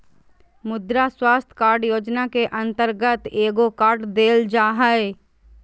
मुद्रा स्वास्थ कार्ड योजना के अंतर्गत एगो कार्ड देल जा हइ